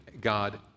God